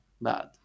bad